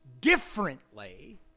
differently